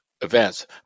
events